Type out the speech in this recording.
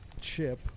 chip